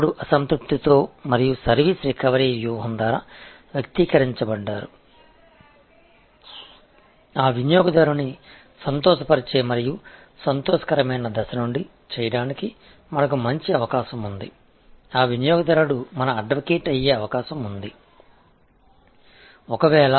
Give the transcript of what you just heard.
மேலும் customer dissatisfaction அடைந்து service recovery மூலோபாயத்தை வெளிப்படுத்தியதால் அந்த கஸ்டமரை மகிழ்ச்சியடையச் செய்து மகிழ்ச்சியான நிலையில் இருந்து எங்களுக்கு நல்ல வாய்ப்பு உள்ளது அந்த கஸ்டமர் உங்கள் வழக்கறிஞராக மாறுவதற்கான வாய்ப்புகள் அதிகம்